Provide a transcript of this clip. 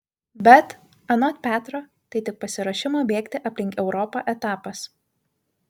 bet anot petro tai tik pasiruošimo bėgti aplink europą etapas